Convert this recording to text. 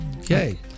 Okay